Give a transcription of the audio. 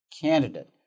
candidate